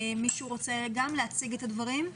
מישהו רוצה להציג את הדברים?